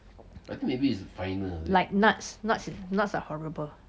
like nuts nuts nuts are horrible